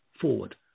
forward